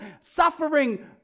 suffering